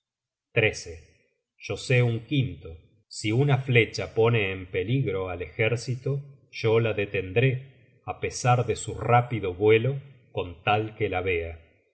manos yo sé un quinto si una flecha pone en peligro al ejército yo la detendré á pesar de su rápido vuelo con tal que la vea